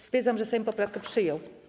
Stwierdzam, że Sejm poprawkę przyjął.